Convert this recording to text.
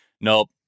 nope